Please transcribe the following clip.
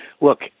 look